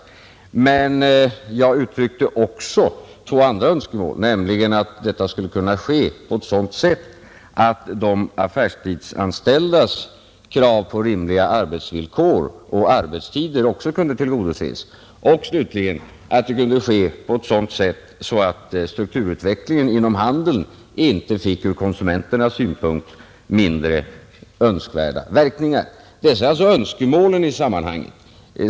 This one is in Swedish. Jag uttryckte emellertid också två andra önskemål, nämligen att detta skulle kunna ske på ett sådant sätt att de affärsanställdas krav på rimliga arbetsvillkor och arbetstider också kunde tillgodoses och att strukturutvecklingen inom handeln inte fick ur konsumenternas synpunkt mindre önskvärda verkningar. Detta är alltså önskemålen i sammanhanget.